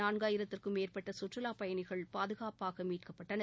நாவாயிரத்திற்கும் மேற்பட்ட சுற்றுலாப் பயணிகள் பாதுகாப்பாக மீட்கப்பட்டனர்